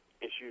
issues